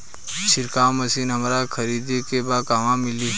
छिरकाव मशिन हमरा खरीदे के बा कहवा मिली?